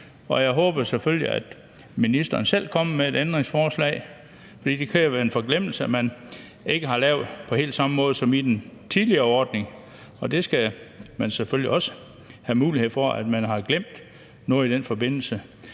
jeg håber selvfølgelig, at ministeren selv kommer med et ændringsforslag, for det kan jo være en forglemmelse, at man ikke har lavet det på helt samme måde som i den tidligere ordning – og der skal selvfølgelig også være mulighed for, at man kan have glemt noget i den forbindelse.